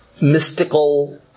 mystical